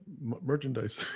merchandise